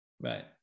right